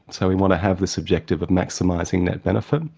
so we want to have this objective of maximising net benefit.